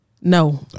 No